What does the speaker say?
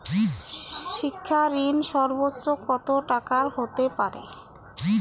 শিক্ষা ঋণ সর্বোচ্চ কত টাকার হতে পারে?